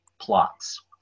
plots